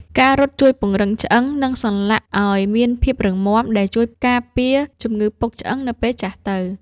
ការរត់ជួយពង្រឹងឆ្អឹង និងសន្លាក់ឱ្យមានភាពរឹងមាំ ដែលជួយការពារជំងឺពុកឆ្អឹងនៅពេលចាស់ទៅ។